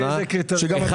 11